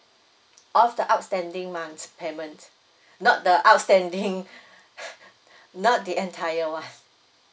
of the outstanding month payment not the outstanding not the entire one